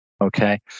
Okay